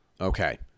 Okay